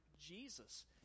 Jesus